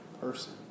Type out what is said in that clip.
person